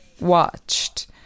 watched